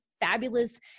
fabulous